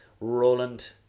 Roland